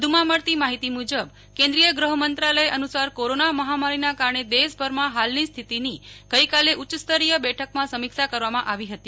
વધુમાં મળતી માહિતી મુજબ કેન્દ્રીય ગૃહ મંત્રાલય અનુસાર કોરોના મહામારીના કારણે દેશભરમાં હાલની સ્થિતિની ગઈકાલે ઉચ્ય સ્તરીય બેઠકમાં સમિક્ષા કરવામાં આવી હતી